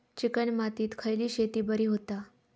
Chicken मातीत खयली शेती बरी होता?